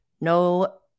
no